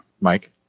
Mike